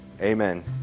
amen